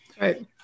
Right